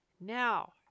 Now